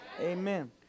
Amen